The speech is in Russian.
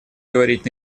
говорить